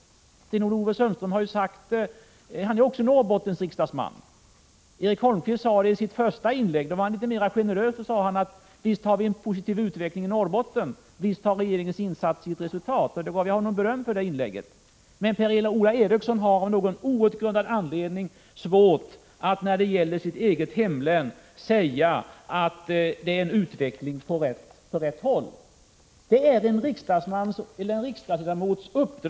Sten-Ove Sundström har talat om detta, och han är också Norrbottensriksdagsman. Erik Holmkvist sade i sitt första inlägg, då han var litet mer generös, att Prot. 1985 utvecklingen hemlän säga att utvecklingen går åt rätt håll. Det är en riksdagsledamots =.